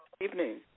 Evening